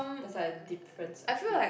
just like a difference a few